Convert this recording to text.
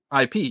IP